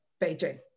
Beijing